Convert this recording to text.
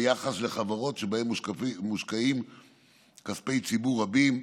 ביחס לחברות שבהן מושקעים כספי ציבור רבים,